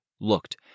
looked